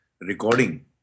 recording